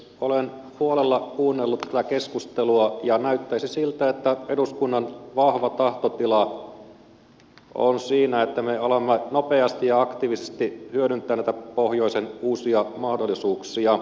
olen huolella kuunnellut tätä keskustelua ja näyttäisi siltä että eduskunnan vahva tahtotila on siinä että me alamme nopeasti ja aktiivisesti hyödyntää näitä pohjoisen uusia mahdollisuuksia